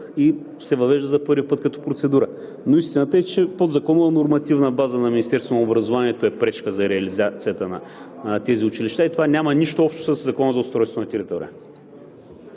и се въвежда за първи път като процедура. Истината е, че подзаконовата нормативна база на Министерството на образованието е пречка за реализацията на тези училища и това няма нищо общо със Закона за устройство на територията.